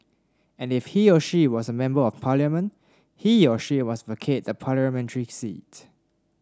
and if he or she was a Member of Parliament he or she must vacate the parliamentary seat